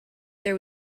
there